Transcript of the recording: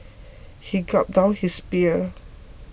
he gulped down his beer